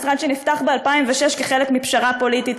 משרד שנפתח ב-2006 כחלק מפשרה פוליטית,